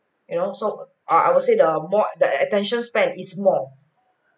you know so err I will say the more the attention span is more